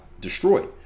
destroyed